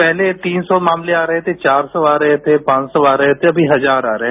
पहले तीन सौ मामले आ रहे थे चार सौ आ रहे थे पांच सौ आ रहे थे अमी हजार आ रहे हैं